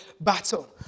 battle